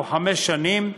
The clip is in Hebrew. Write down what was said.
שהוא חמש שנים,